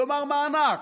כלומר מענק.